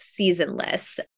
seasonless